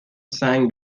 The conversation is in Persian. سنگ